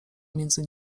między